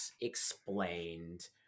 explained